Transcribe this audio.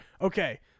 Okay